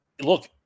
Look